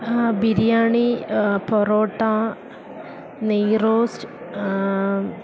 biryani parotta നെയ്റോസ്റ്റ്